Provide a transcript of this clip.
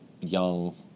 young